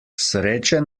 sreče